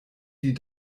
die